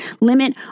limit